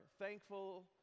thankful